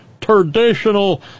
traditional